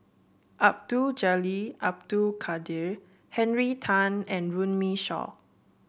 Abdul Jalil Abdul Kadir Henry Tan and Runme Shaw